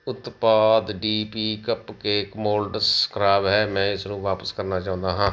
ਉਤਪਾਦ D P cup cake moulds ਖਰਾਬ ਹੈ ਮੈਂ ਇਸਨੂੰ ਵਾਪਸ ਕਰਨਾ ਚਾਹੁੰਦਾ ਹਾਂ